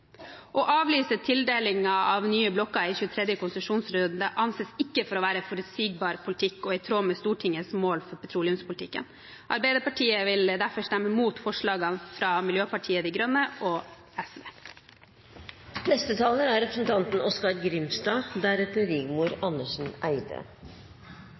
Å avlyse tildelingen av nye blokker i 23. konsesjonsrunde anses ikke å være forutsigbar politikk og i tråd med Stortingets mål for petroleumspolitikken. Arbeiderpartiet vil derfor stemme imot forslagene fra Miljøpartiet De Grønne og